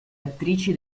attrici